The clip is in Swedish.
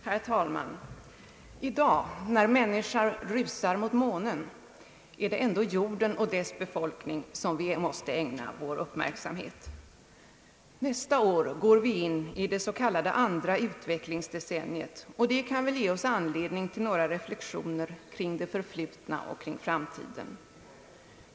Herr talman! I dag när människan rusar mot månen är det ändå jorden och dess befolkning vi måste ägna vår uppmärksamhet. Nästa år går vi in i det s.k. andra utvecklingsdecenniet, och det kan ge anledning till några reflexioner kring det förflutna och framtiden.